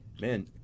man